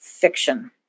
fiction